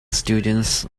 students